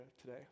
today